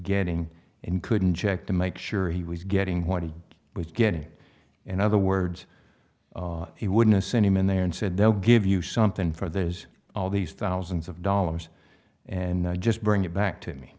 getting and couldn't check to make sure he was getting what he was getting in other words he wouldn't send him in there and said they'll give you something for those all these thousands of dollars and just bring it back to me